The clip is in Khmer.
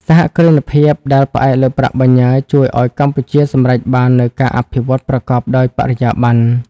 សហគ្រិនភាពដែលផ្អែកលើប្រាក់បញ្ញើ ជួយឱ្យកម្ពុជាសម្រេចបាននូវ "ការអភិវឌ្ឍប្រកបដោយបរិយាបន្ន"។